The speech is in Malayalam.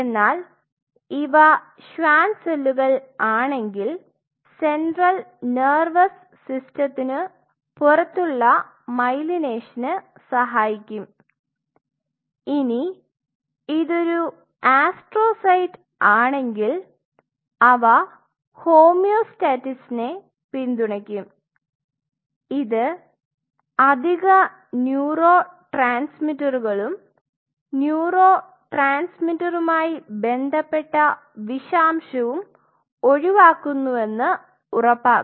എന്നാൽ ഇവ ഷ്വാൻ സെല്ലുകൾ ആണെങ്കിൽ സെൻട്രൽ നെർവ്സ് സിസ്റ്റത്തിനു പുറത്തുള്ള മൈലൈനേഷനു സഹായിക്കും ഇനി ഇതൊരു ആസ്ട്രോസൈറ്റ് ആണെങ്കിൽ അവ ഹോമിയോസ്റ്റാസിസിനെ പിന്തുണയ്ക്കും ഇത് അധിക ന്യൂറോ ട്രാൻസ്മിറ്ററുകളും ന്യൂറോ ട്രാൻസ്മിറ്ററുമായി ബന്ധപ്പെട്ട വിഷാംശവും ഒഴിവാക്കുന്നുവെന്ന് ഉറപ്പാക്കും